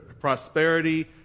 prosperity